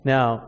Now